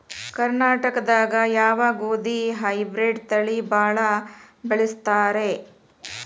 ಕರ್ನಾಟಕದಾಗ ಯಾವ ಗೋಧಿ ಹೈಬ್ರಿಡ್ ತಳಿ ಭಾಳ ಬಳಸ್ತಾರ ರೇ?